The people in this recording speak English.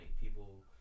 people